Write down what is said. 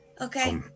Okay